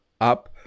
up